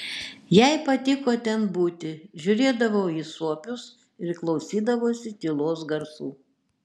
jai patiko ten būti žiūrėdavo į suopius ir klausydavosi tylos garsų